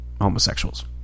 homosexuals